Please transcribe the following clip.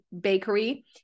Bakery